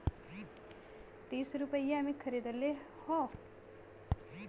तीस रुपइया मे खरीदले हौ